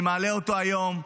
אני מעלה אותו היום,